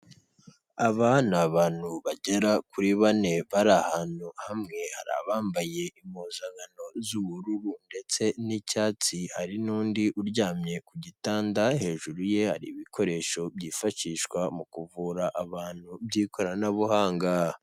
Aba ni abantu bagera kuri bane bari ahantu hamwe hari abambaye impuzankano z'ubururu ndetse n'icyatsi, hari n'undi uryamye ku gitanda, hejuru ye hari ibikoresho byifashishwa mu kuvura abantu by'ikoranabuhanga.